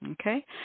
Okay